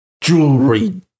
Jewelry